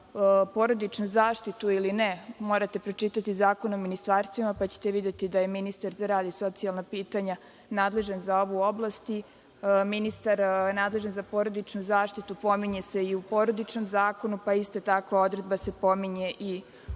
porodičnu zaštitu ili ne? Morate pročitati Zakon o ministarstvima pa ćete videti da je ministar za rad i socijalna pitanja nadležan za ovu oblast i ministar nadležan za porodičnu zaštitu pominje se i u Porodičnom zakonu, pa isto tako odredba se pominje i u